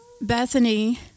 Bethany